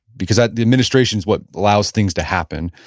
because the administration's what allows things to happen,